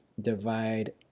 divide